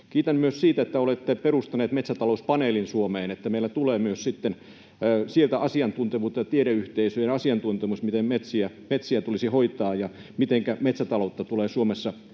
Kiitän myös siitä, että olette perustanut metsätalouspaneelin Suomeen, niin että meillä tulee myös sitten sieltä asiantuntevuutta ja tiedeyhteisöjen asiantuntemus siihen, miten metsiä tulisi hoitaa ja mitenkä metsätaloutta tulee Suomessa